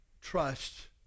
trust